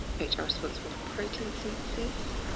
which are sort sort of protein synthesis.